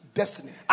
destiny